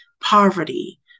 poverty